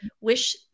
wish